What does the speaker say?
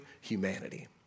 humanity